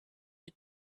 you